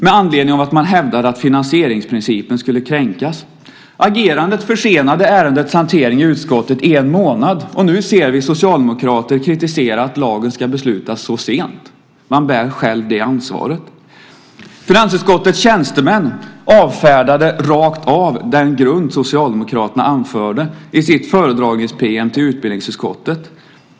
Man hävdade att finansieringsprincipen skulle kränkas. Agerandet försenade ärendets hantering i utskottet en månad, och nu ser vi socialdemokrater kritisera att lagen ska beslutas så sent. Man bär själv det ansvaret. Finansutskottets tjänstemän avfärdade i sitt föredragnings-pm till utbildningsutskottet rakt av den grund Socialdemokraterna anförde.